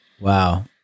Wow